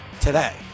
today